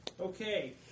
Okay